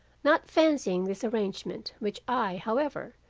not fancying this arrangement which i, however,